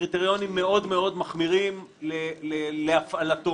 קריטריונים מאוד-מאוד מחמירים להפעלתו.